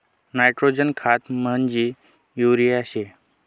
nitrogen खत म्हंजी urea शे